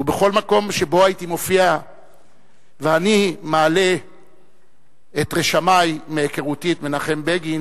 ובכל מקום שבו הייתי מופיע ומעלה את רשמי מהיכרותי את מנחם בגין,